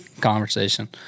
conversation